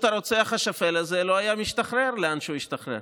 הרוצח השפל הזה לא היה משתחרר לאן שהוא השתחרר,